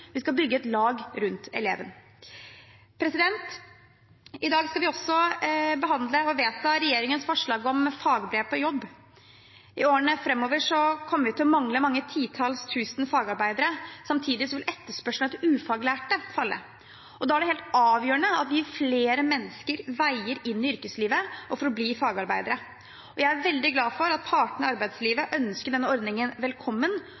Vi skal bygge et lag rundt eleven. I dag skal vi også behandle og vedta regjeringens forslag om fagbrev på jobb. I årene framover kommer vi til å mangle mange titalls tusen fagarbeidere. Samtidig vil etterspørselen etter ufaglærte falle. Da er det helt avgjørende at vi gir mennesker flere veier inn i yrkeslivet for å bli fagarbeidere. Jeg er veldig glad for at partene i arbeidslivet ønsker denne ordningen velkommen,